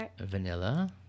Vanilla